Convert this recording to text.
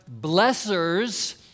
blessers